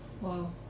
Wow